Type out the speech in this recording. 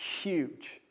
huge